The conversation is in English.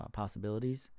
possibilities